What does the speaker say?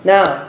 Now